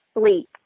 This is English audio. sleep